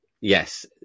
yes